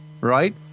right